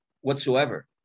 whatsoever